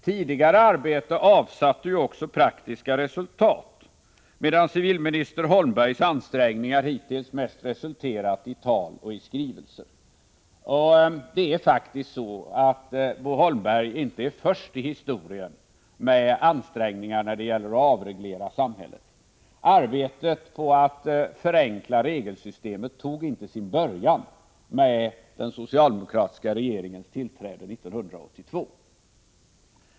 Tidigare arbete avsatte ju också praktiska resultat, medan civilminister Holmbergs ansträngningar hittills mest resulterat i tal och skrivelser. Det är faktiskt så, att Bo Holmberg inte är först i historien med ansträngningar när det gäller att avreglera samhället. Arbetet på att förenkla regelsystemet tog inte sin början med den socialdemokratiska regeringens tillträde 1982.